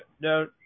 No